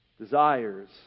Desires